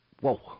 Whoa